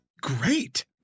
great